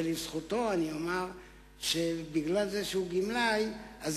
ולזכותו אני אומר שמשום שהוא גמלאי יש